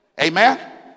Amen